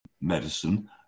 medicine